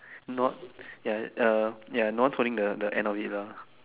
not ya uh ya no one is holding the end of it lah